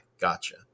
gotcha